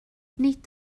nid